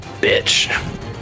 bitch